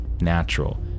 natural